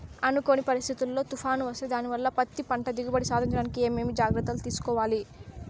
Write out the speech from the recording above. అనుకోని పరిస్థితుల్లో తుఫాను వస్తే దానివల్ల పత్తి పంట దిగుబడి సాధించడానికి ఏమేమి జాగ్రత్తలు తీసుకోవాలి?